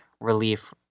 relief